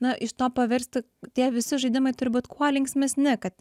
na iš to paversti tie visi žaidimai turi būt kuo linksmesni kad